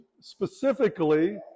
specifically